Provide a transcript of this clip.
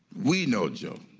we know joe.